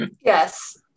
Yes